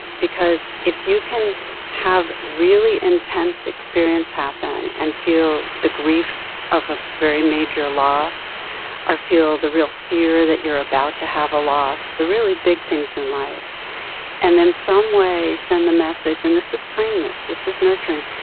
because if you can have really intense experience happen and feel the grief of a very major loss or feel the real fear that you're about to have a loss the really big things in life and in some way send the message and this is kindness. this is nurturing.